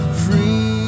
free